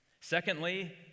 Secondly